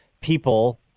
people